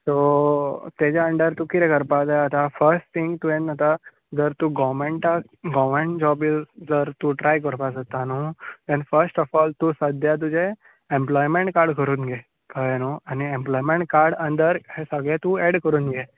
so ताजे under तूं कितें करपाक जाय आतां फर्स्ट थींग तुवें आतां जर तूं गोव्हरमँटाक गोव्हरमँट जोब तूं ट्राय करपाक सोदता न्हय देन फर्स्ट ऑफ ऑल तूं सद्याक तुजें एम्पलॉयमँट कार्ड करून घे कळ्ळें न्हय आनी एम्पलॉयमँट कार्डा अंडर सगळें तूं ऍड करून घे